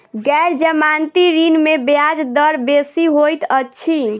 गैर जमानती ऋण में ब्याज दर बेसी होइत अछि